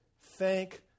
Thank